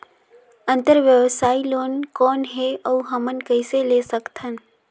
अंतरव्यवसायी लोन कौन हे? अउ हमन कइसे ले सकथन?